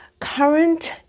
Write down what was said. current